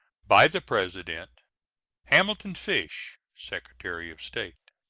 by the president hamilton fish, secretary of state.